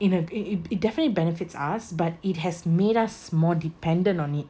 in a it it definitely benefits us but it has made us more dependent on it